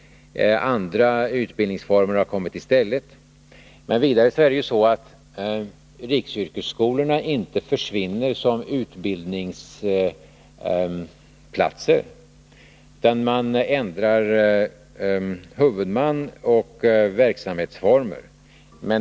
Andra utbildningsformer har kommit i stället. Vidare är det så att riksyrkesskolorna inte försvinner som utbildningsplatser, utan man ändrar huvudman och verksamhetsformer.